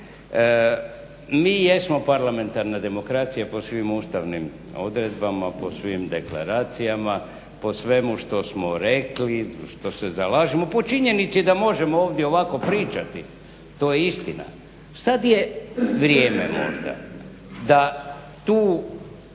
Mi jesmo parlamentarna demokracija po svim ustavnim odredbama, po svim deklaracijama, po svemu što smo rekli, što se zalažemo, po činjenici da možemo ovdje ovako pričati. To je istina. Sad je vrijeme možda da tu